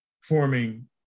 forming